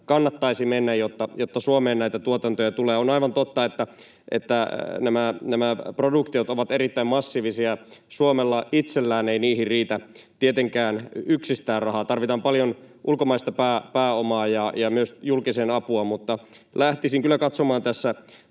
kannattaisi mennä, jotta Suomeen näitä tuotantoja tulee. On aivan totta, että nämä produktiot ovat erittäin massiivisia. Suomella itsellään ei niihin riitä tietenkään yksistään rahaa, vaan tarvitaan paljon ulkomaista pääomaa ja myös julkisen apua. Lähtisin kyllä katsomaan tässä